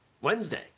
Wednesday